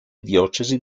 diocesi